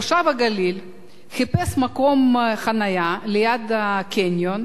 תושב הגליל חיפש מקום חנייה ליד הקניון